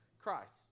Christ